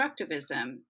constructivism